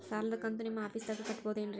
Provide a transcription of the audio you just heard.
ಸಾಲದ ಕಂತು ನಿಮ್ಮ ಆಫೇಸ್ದಾಗ ಕಟ್ಟಬಹುದೇನ್ರಿ?